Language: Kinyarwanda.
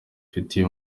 ifitiye